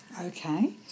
Okay